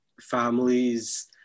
families